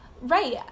Right